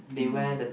mm